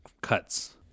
cuts